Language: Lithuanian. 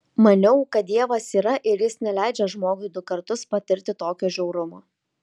maniau kad dievas yra ir jis neleidžia žmogui du kartus patirti tokio žiaurumo